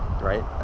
right